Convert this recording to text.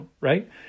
right